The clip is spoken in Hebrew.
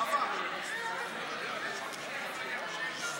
נאוה, תני להם לדבר.